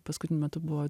paskutiniu metu buvo